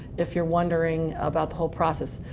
if you're wondering about the whole process.